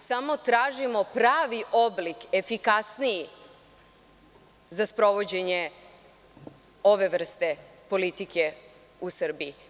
Samo tražimo pravi oblik, efikasniji, za sprovođenje ove vrste politike u Srbiji.